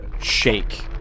shake